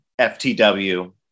ftw